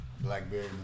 Blackberry